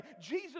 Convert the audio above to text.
jesus